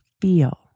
feel